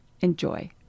enjoy